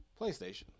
PlayStation